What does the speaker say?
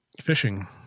Fishing